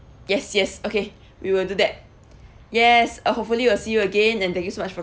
yes yes okay we will do that yes uh hopefully we'll see you again and thank you so much for